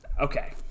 Okay